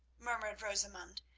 murmured rosamund,